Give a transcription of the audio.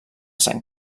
sant